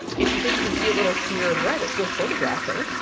if you think you can see a little smear of red, it's worth photographing.